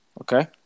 Okay